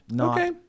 Okay